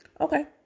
Okay